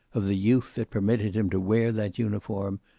of the youth that permitted him to wear that uniform,